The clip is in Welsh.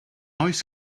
oes